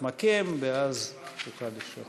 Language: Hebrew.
אני מתכבד להזמין את שר